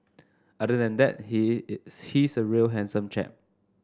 other than that he is he's a real handsome chap